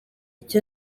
icyo